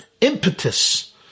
impetus